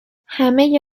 همه